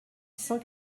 cent